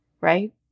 right